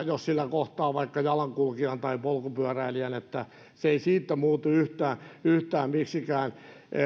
jos sillä kohtaa vaikka jalankulkijan tai polkupyöräilijän se ei siitä muutu yhtään miksikään